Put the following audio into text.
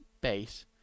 base